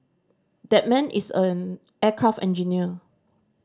that man is an aircraft engineer